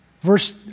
Verse